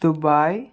Dubai